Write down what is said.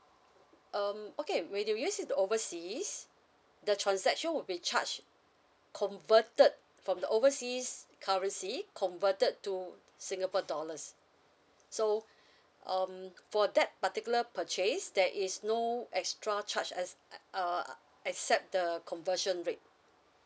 um okay when you use it in the overseas the transaction would be charged converted from the overseas' currency converted to singapore dollars so um for that particular purchase there is no extra charge as uh except the conversion rate